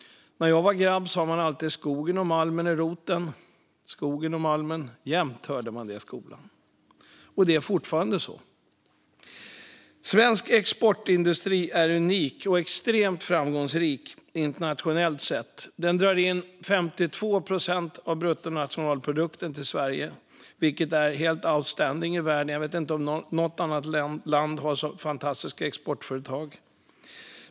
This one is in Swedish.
När jag var grabb sa man alltid att skogen och malmen är roten. Det hörde man jämt i skolan. Och det är fortfarande så. Svensk exportindustri är unik och extremt framgångsrik internationellt sett. Den drar in 52 procent av bruttonationalprodukten till Sverige, vilket är helt outstanding i världen. Jag vet inte om något annat land har så fantastiska exportföretag.